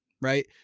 right